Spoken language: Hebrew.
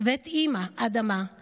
/ ואת אימא אדמה /